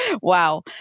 Wow